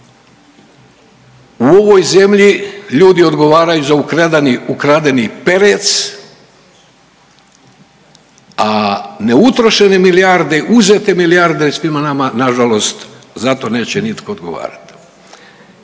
U ovoj zemlji ljudi odgovaraju za ukradeni perec, a neutrošene milijarde, uzete milijarde svima nama na žalost za to neće nitko odgovarati.